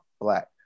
black